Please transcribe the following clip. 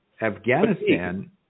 Afghanistan